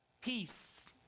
peace